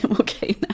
okay